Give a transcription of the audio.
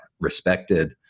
respected